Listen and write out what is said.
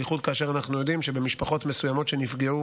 בייחוד כאשר אנחנו יודעים שבמשפחות מסוימות נפגעו